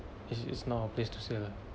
this is not a place to say lah